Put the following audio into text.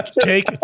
take